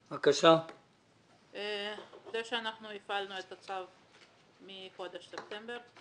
זה שאנחנו הפעלנו את הצו מחודש ספטמבר,